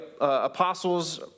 apostles